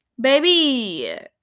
Baby